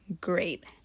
great